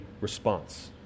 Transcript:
response